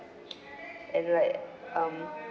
as in like um